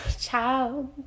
child